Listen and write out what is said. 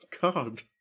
God